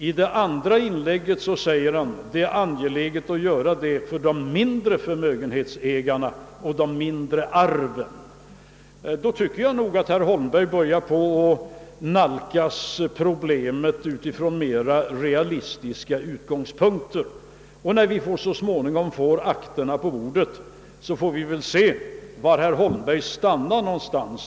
I det andra inlägget sade han, att det är angeläget att göra det för de mindre förmögenhetsägarna och de mindre arvstagarna. Jag tycker nog att herr Holmberg börjar nalkas problemen från mer realistiska utgångspunkter. När vi så småningom får akterna på bordet får vi se vad herr Holmberg stannar för.